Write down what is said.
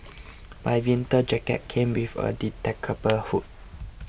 my winter jacket came with a detachable hood